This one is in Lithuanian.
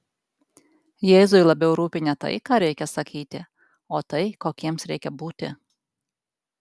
jėzui labiau rūpi ne tai ką reikia sakyti o tai kokiems reikia būti